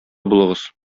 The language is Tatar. булыгыз